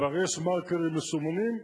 כבר יש מרקרים מסומנים,